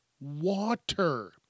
water